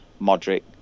Modric